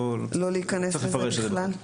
לא להיכנס לזה בכלל?